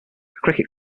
cricket